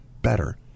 better